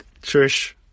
Trish